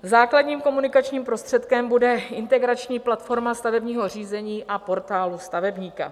Základním komunikačním prostředkem bude integrační platforma stavebního řízení a Portálu stavebníka.